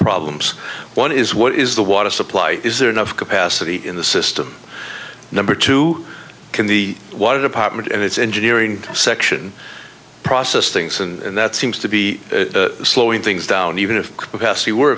problems one is what is the water supply is there enough capacity in the system number two can the water department and its engineering section process things and that seems to be slowing things down even if